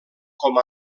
com